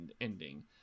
ending